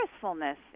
purposefulness